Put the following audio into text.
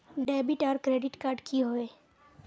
Debit आर credit card की होय?